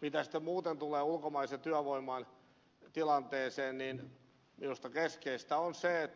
mitä sitten muuten tulee ulkomaisen työvoiman tilanteeseen niin minusta keskeistä on se